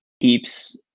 keeps